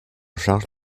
charge